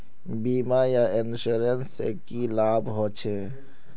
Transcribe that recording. बीमा या इंश्योरेंस से की लाभ होचे?